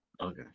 Okay